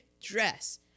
dress